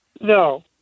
No